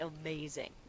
amazing